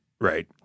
right